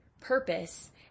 purpose